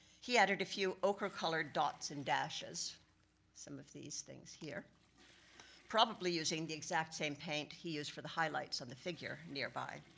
he added a few ocher colored dots and dashes some of these things here probably using the exact same paint he used for the highlights on the figure nearby.